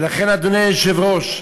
ולכן, אדוני היושב-ראש,